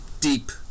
deep